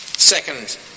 Second